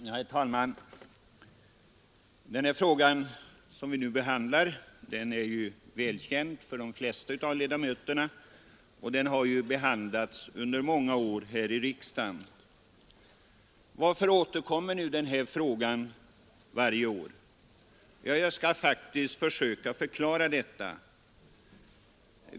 Herr talman! Den fråga som vi nu behandlar är ju välkänd för de flesta av kammarens ledmöter och har behandlats här i riksdagen under många år. Varför återkommer då denna fråga varje år? Jag skall faktiskt försöka förklara den saken.